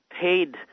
paid